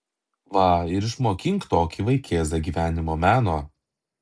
va ir išmokink tokį vaikėzą gyvenimo meno